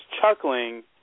chuckling